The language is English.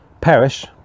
perish